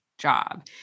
Job